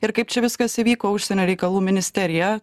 ir kaip čia viskas įvyko užsienio reikalų ministerija